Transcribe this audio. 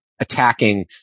attacking